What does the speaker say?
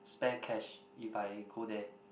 spare cash if I go there